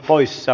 kiitos